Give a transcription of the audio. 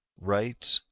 rights,